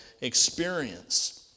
experience